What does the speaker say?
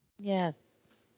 Yes